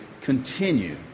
continue